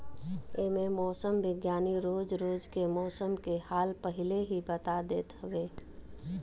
एमे मौसम विज्ञानी रोज रोज के मौसम के हाल पहिले ही बता देत हवे